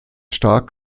stark